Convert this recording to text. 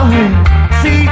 See